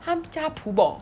他叫她 pu bo